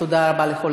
תודה רבה לכל